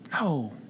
No